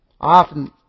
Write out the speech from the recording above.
often